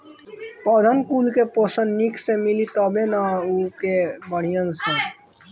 पौधन कुल के पोषन निक से मिली तबे नअ उ के बढ़ीयन सन